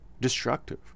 destructive